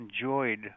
enjoyed